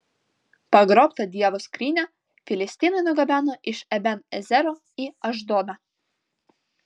pagrobtą dievo skrynią filistinai nugabeno iš eben ezero į ašdodą